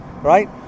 right